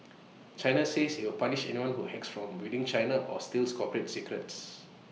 China says IT will punish anyone who hacks from within China or steals corporate secrets